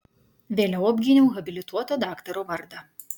vėliau apgyniau habilituoto daktaro vardą